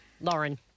Lauren